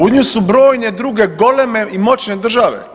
Uz nju su brojne druge, goleme i moćne države.